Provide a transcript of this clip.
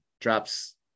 drops